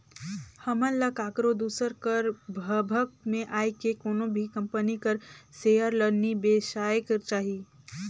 हमन ल काकरो दूसर कर भभक में आए के कोनो भी कंपनी कर सेयर ल नी बेसाएक चाही